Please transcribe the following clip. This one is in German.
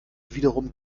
wiederum